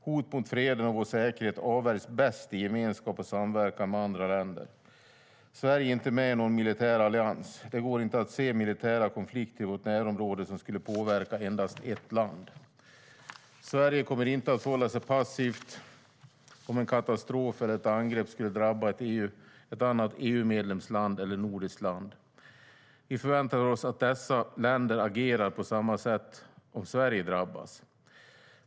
Hot mot freden och vår säkerhet avvärjs bäst i gemenskap och samverkan med andra länder. Sverige är inte med i någon militär allians. Det går inte att se militära konflikter i vårt närområde som skulle påverka endast ett land. Sverige kommer inte att förhålla sig passivt om en katastrof eller ett angrepp skulle drabba ett annat EU-land eller nordiskt land. Vi förväntar oss att dessa länder agerar på samma sätt om Sverige drabbas.